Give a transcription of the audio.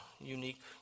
unique